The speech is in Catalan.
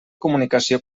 comunicació